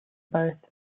both